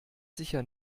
sicher